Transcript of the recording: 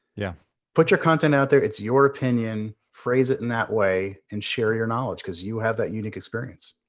yeah put your content out there. it's your opinion. phrase it in that way and share your knowledge, cause you have that unique experience.